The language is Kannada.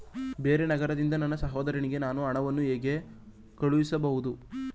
ಬೇರೆ ನಗರದಿಂದ ನನ್ನ ಸಹೋದರಿಗೆ ನಾನು ಹಣವನ್ನು ಹೇಗೆ ಕಳುಹಿಸಬಹುದು?